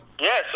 Yes